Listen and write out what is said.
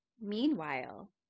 meanwhile